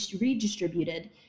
redistributed